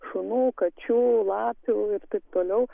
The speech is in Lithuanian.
šunų kačių lapių ir taip toliau